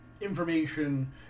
information